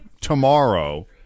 tomorrow